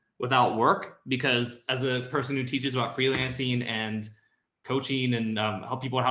without work, because as a person who teaches about freelancing and coaching and help people,